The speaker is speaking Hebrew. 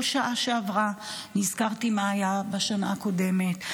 כל שעה שעברה נזכרתי מה היה בשנה הקודמת.